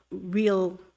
real